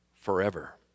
forever